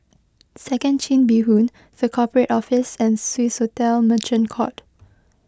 Second Chin Bee Road the Corporate Office and Swissotel Merchant Court